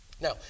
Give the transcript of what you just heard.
Now